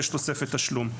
יש תוספת תשלום.